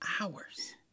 hours